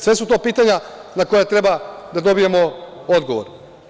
Sve su to pitanja na koja treba da dobijemo odgovor.